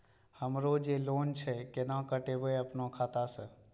हमरो जे लोन छे केना कटेबे अपनो खाता से?